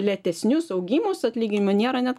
lėtesnius augimus atlyginimo nėra net